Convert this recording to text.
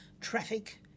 traffic